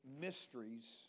mysteries